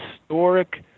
historic